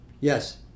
Yes